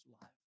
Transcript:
life